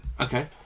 Okay